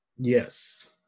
Yes